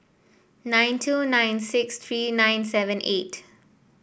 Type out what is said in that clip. nine two nine six three nine seven eight